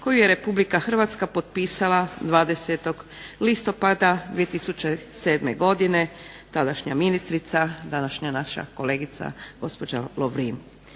koju je Republika Hrvatska potpisala 20. listopada 2007. godine, tadašnja ministrica, današnja naša kolegica gospođa Lovrin.